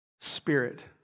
spirit